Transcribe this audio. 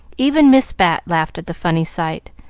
even miss bat laughed at the funny sight,